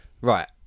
Right